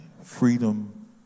freedom